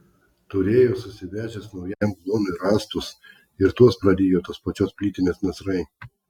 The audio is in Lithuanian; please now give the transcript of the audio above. turėjo susivežęs naujam kluonui rąstus ir tuos prarijo tos pačios plytinės nasrai